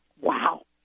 Wow